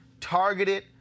targeted